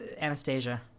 anastasia